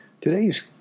Today's